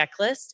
checklist